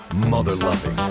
motherloving.